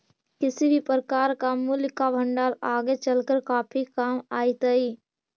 किसी भी प्रकार का मूल्य का भंडार आगे चलकर काफी काम आईतई